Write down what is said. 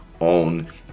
own